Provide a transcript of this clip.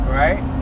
right